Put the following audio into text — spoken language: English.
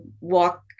walk